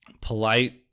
Polite